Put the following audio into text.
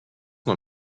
nuo